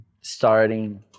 starting